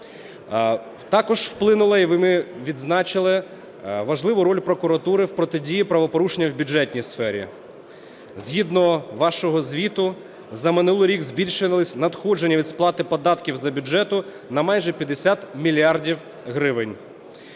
Також вплинула і ми відзначили важливу роль прокуратури в протидії правопорушення в бюджетній сфері. Згідно вашого звіту, за минулий рік збільшилися надходження від сплати податків до бюджету на майже 50 мільярдів гривень,